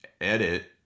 edit